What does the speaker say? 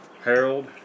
Harold